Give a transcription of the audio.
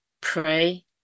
pray